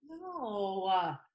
no